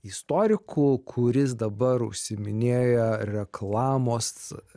istoriku kuris dabar užsiiminėja reklamos